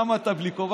למה אתה בלי כובע?